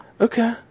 okay